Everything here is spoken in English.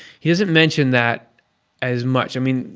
he doesn't mention that as much. i mean,